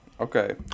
Okay